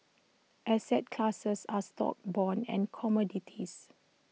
asset classes are stocks bonds and commodities